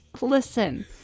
listen